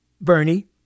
Bernie